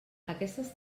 aquestes